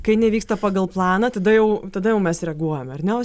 kai nevyksta pagal planą tada jau tada jau mes reaguojam ar ne o